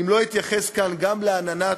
אם לא אתייחס כאן גם לעננת